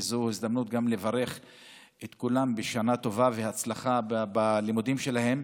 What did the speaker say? וזו הזדמנות לברך את כולם בשנה טובה והצלחה בלימודים שלהם.